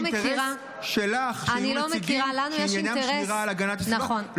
מכירה ----- שיהיו נציגים שעניינם שמירה על הגנת הסביבה,